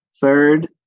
Third